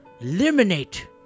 Eliminate